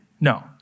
No